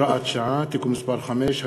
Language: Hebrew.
(הוראת שעה) (תיקון מס' 5),